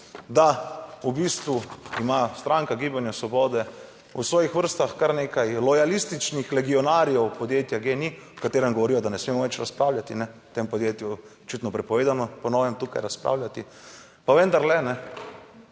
da v bistvu ima stranka Gibanja svobode v svojih vrstah kar nekaj lojalističnih legionarjev podjetja GEN-I, o katerem govorijo, da ne smemo več razpravljati, v tem podjetju očitno prepovedano po novem tukaj razpravljati. Pa vendarle, na